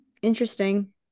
Interesting